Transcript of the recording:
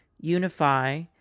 Unify